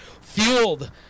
Fueled